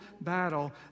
battle